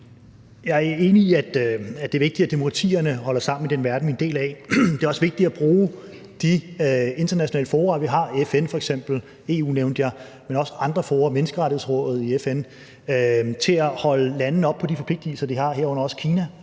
det er vigtigt, at demokratierne holder sammen i den verden, vi er en del af. Det er også vigtigt at bruge de internationale fora, vi har, f.eks. FN, og jeg nævnte EU, men også andre fora som Menneskerettighedsrådet i FN, til at holde landene op på de forpligtigelser, de har, herunder også Kina,